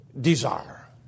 desire